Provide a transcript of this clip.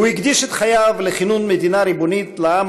הוא הקדיש את חייו לכינון מדינה ריבונית לעם